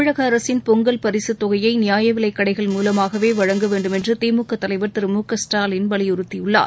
தமிழகஅரசின் பொங்கல் பரிசு தொகையை நியாயவிலைக்கடைகள் மூலமாகவே வழங்கவேண்டும் என்று திமுக தலைவர் திரு மு க ஸ்டாலின் வலியுறுத்தியுள்ளார்